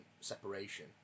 separation